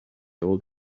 old